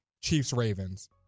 Chiefs-Ravens